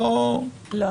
לא,